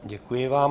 Děkuji vám.